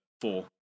four